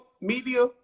media